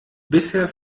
bisher